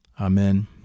Amen